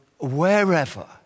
wherever